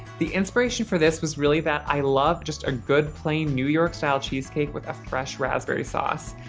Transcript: the inspiration for this was really that i love just a good plain new york style cheesecake with a fresh raspberry sauce.